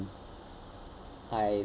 I